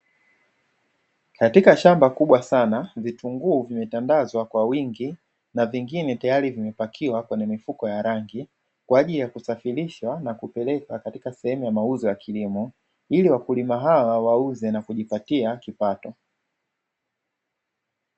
Katika shamba kubwa sana vitunguu vimetandazwa kwa wingi na vingine tayari vimepakiwa kwenye mifuko ya rangi kwa ajili ya kusafirisha na kupelekwa katika sehemu ya mauzo ya kilimo, ili wakulima hao wauze na kujipatia kipato.